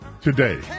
today